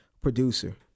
producer